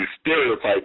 stereotypes